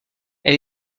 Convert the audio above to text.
elle